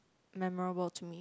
memorable to me